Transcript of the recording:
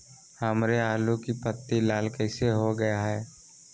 हमारे आलू की पत्ती लाल कैसे हो गया है?